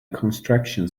construction